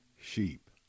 sheep